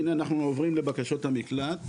הנה אנחנו עוברים לבקשות המקלט,